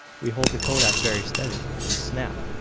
we hold the kodak very steady, then snap,